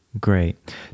great